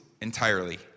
entirely